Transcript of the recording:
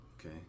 Okay